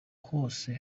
hose